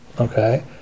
okay